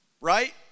Right